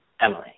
Emily